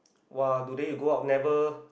!wah! today you go out never